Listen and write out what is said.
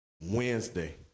Wednesday